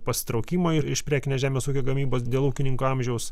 pasitraukimo iš prekinės žemės ūkio gamybos dėl ūkininko amžiaus